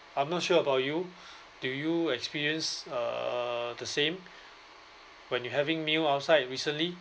I'm not sure about you do you experience uh the same when you having meals outside recently